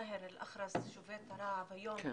מאהר אל אח'רס, שובת רעב, היום